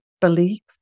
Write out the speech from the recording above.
belief